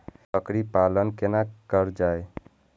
बकरी पालन केना कर जाय?